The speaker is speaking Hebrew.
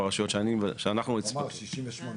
הוא אמר, 68 שקלים.